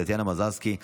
טטיאנה מזרסקי,